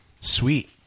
Sweet